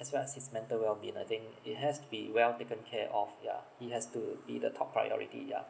as well as his mental well being I think it has to be well taken care of yeah he has to be the top priority yeah